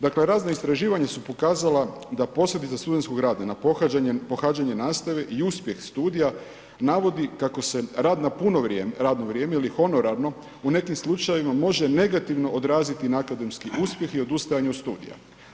Dakle, razna istraživanja su pokazala da posljedice studentskog rada na pohađanje, na pohađanje nastave i uspjeh studija navodi kako se rad na puno radno vrijeme ili honorarno u nekim slučajevima može negativno odraziti na akademski uspjeh i odustajanje od studija.